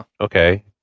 Okay